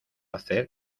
hacer